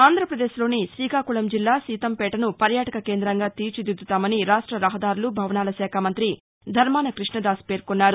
ఆంధ్రప్రదేశ్ లోని శ్రీకాకుళం జిల్లా సీతంపేటను పర్యాటక కేందంగా తీర్చిదిద్దుతున్నామని రాష్ట రహదారులు భవనాల శాఖ మంతి ధర్శాన కృష్ణ దాస్ పేర్కొన్నారు